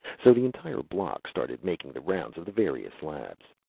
so the entire block started making the rounds of the various labs.